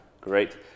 Great